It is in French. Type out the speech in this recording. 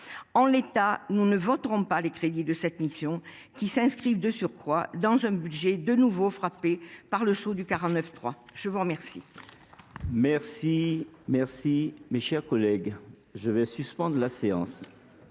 En l’état, nous ne voterons pas les crédits de cette mission, qui s’inscrivent, de surcroît, dans un budget de nouveau frappé du sceau du 49.3… Mes chers